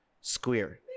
Square